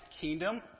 kingdom